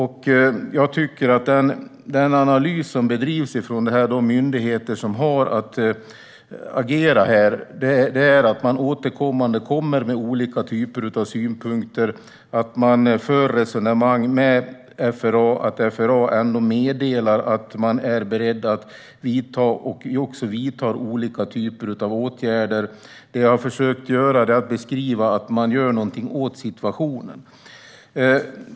Den analys som görs av de myndigheter som har att agera här är att de återkommande ger olika synpunkter och för resonemang med FRA och att FRA har meddelat att de är beredda att vidta olika typer av åtgärder och också gör det. Jag har försökt beskriva att man gör något åt situationen.